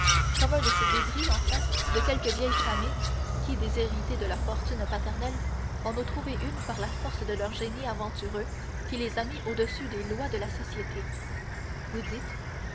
un de ces débris enfin de quelque vieille famille qui déshérités de leur fortune paternelle en ont trouvé une par la force de leur génie aventureux qui les a mis au-dessus des lois de la société vous dites